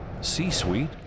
C-Suite